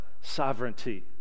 sovereignty